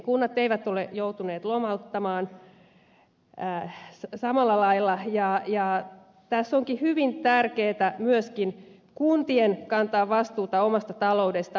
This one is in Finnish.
kunnat eivät ole joutuneet lomauttamaan samalla lailla ja tässä onkin hyvin tärkeätä myöskin kuntien kantaa vastuuta omasta taloudestaan